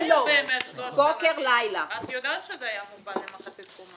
את יודעת שזה היה מובא למחצית הסכום.